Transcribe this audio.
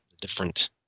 different